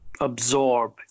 absorb